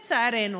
לצערנו,